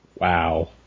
Wow